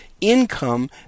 income